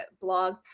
blog